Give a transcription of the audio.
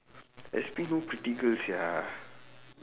S_P no pretty girl sia